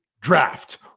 draft